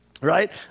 right